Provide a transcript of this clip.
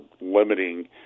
limiting